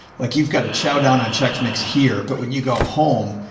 like, you've got a shout down on checks mix here, but when you go home,